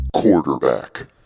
Quarterback